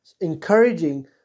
encouraging